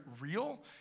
real